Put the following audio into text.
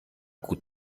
gut